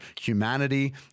humanity